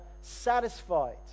satisfied